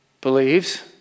believes